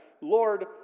Lord